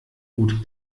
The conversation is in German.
gut